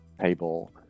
table